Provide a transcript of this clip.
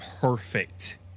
perfect